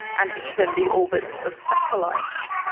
and even the orbits of satellites.